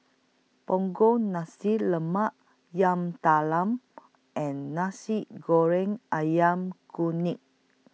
Punggol Nasi Lemak Yam Talam and Nasi Goreng Ayam Kunyit